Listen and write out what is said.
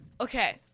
okay